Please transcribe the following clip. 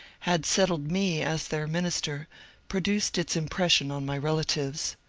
had settled me as their minister produced its impression on my relatives.